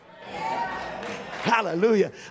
hallelujah